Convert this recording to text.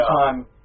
time